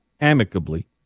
amicably